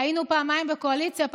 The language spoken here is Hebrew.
היינו פעמיים בקואליציה,